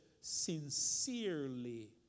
sincerely